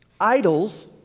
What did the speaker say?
Idols